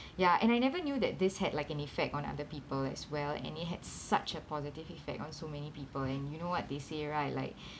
ya and I never knew that this had like an effect on other people as well and it had such a positive effect on so many people and you know what this year I like